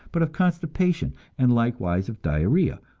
but of constipation, and likewise of diarrhea,